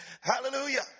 Hallelujah